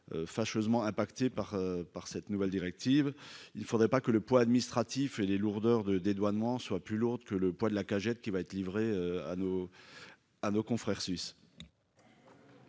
fâcheusement pénalisés par cette nouvelle directive. Il ne faudrait pas que le poids administratif et les lourdeurs du dédouanement soient plus lourds que le poids de la cagette qui va être livrée à nos confrères suisses